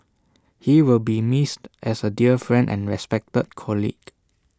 he will be missed as A dear friend and respected colleague